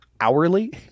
hourly